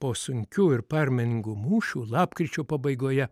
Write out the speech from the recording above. po sunkių ir permainingų mūšių lapkričio pabaigoje